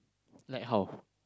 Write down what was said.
like how